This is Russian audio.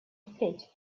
впредь